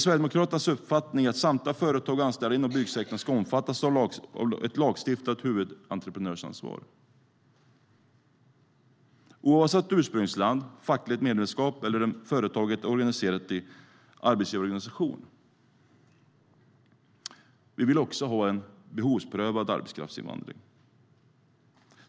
Sverigedemokraternas uppfattning är att samtliga företag och anställda inom byggsektorn ska omfattas av ett lagstiftat huvudentreprenörsansvar, oavsett ursprungsland, fackligt medlemskap eller om företaget är organiserat genom en arbetsgivarorganisation. Vi vill också ha behovsprövad arbetskraftsinvandring.